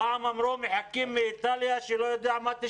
פעם אמרו שמחכים שאיטליה תשלח אני לא יודע מה.